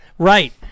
Right